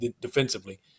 defensively